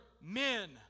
men